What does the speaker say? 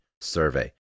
survey